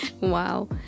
wow